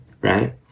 Right